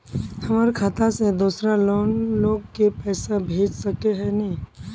हमर खाता से दूसरा लोग के पैसा भेज सके है ने?